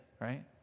right